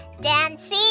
dancing